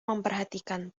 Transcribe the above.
memperhatikan